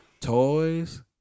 toys